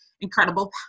incredible